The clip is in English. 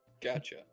Gotcha